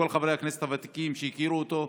כל חברי הכנסת הוותיקים שהכירו אותו,